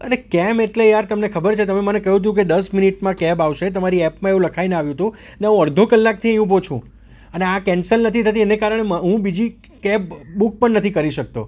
અને કેમ એટલે યાર તમને ખબર છે તમે મને કહ્યું હતું કે દસ મિનિટમાં કેબ આવશે તમારી એપમાં એવું લખાઈને આવ્યું હતું ને હું અડધો કલાકથી અહીં ઊભો છું અને આ કેન્સલ નથી થતી એને કારણે હું બીજી કેબ બુક પણ નથી કરી શકતો